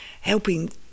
helping